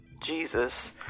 Jesus